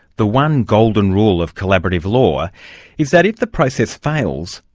the one golden rule of collaborative law is that if the process fails,